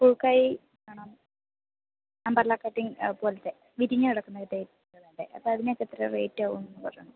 full കൈ വേണം umbrella cutting പോലത്തെ വിരിഞ്ഞു കിടക്കുന്ന ടൈപാണ് വേണ്ടത് അപ്പം അതിനൊക്കെ എത്ര റേറ്റാവും എന്ന് പറഞ്ഞത്